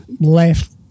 left